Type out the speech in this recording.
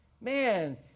Man